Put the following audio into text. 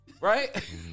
right